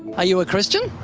are you a christian?